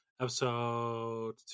Episode